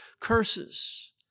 curses